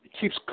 keeps